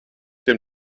dem